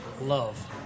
love